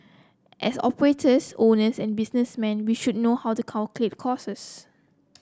as operators owners and businessmen we should know how to calculate